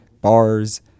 bars